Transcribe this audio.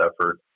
effort